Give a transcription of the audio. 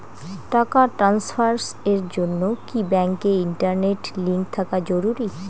টাকা ট্রানস্ফারস এর জন্য কি ব্যাংকে ইন্টারনেট লিংঙ্ক থাকা জরুরি?